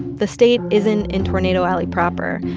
the state isn't in tornado alley proper.